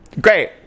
Great